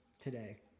today